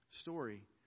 story